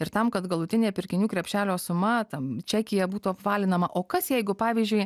ir tam kad galutinė pirkinių krepšelio suma tam čekyje būtų apvalinama o kas jeigu pavyzdžiui